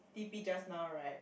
T_P just now right